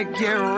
get